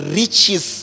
riches